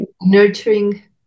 nurturing